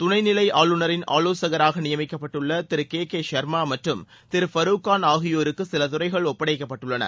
துணைநிலை ஆளுநரின் ஆலோசகராக நியமிக்கப்பட்டுள்ள திரு கே கே ஷர்மா மற்றும் திரு ஃபரூக்கான் ஆகியோருக்கு சில துறைகள் ஒப்படைக்கப்பட்டுள்ளன